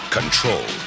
control